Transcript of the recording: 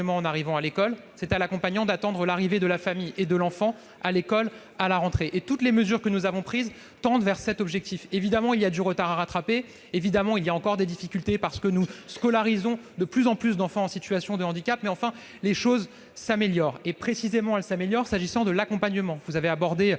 en arrivant à l'école ; c'est à l'accompagnant, lors de la rentrée, d'attendre l'arrivée de la famille et de l'enfant à l'école. Toutes les mesures que nous avons prises tendent vers cet objectif. Évidemment, il y a du retard à rattraper ; évidemment, il reste encore des difficultés, parce que nous scolarisons de plus en plus d'enfants en situation de handicap, mais les choses s'améliorent. Précisément, elles s'améliorent en matière d'accompagnement. Vous avez abordé